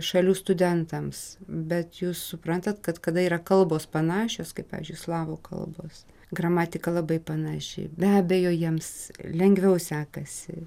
šalių studentams bet jūs suprantat kad kada yra kalbos panašios kaip pavyzdžiui slavų kalbos gramatika labai panaši be abejo jiems lengviau sekasi